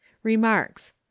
Remarks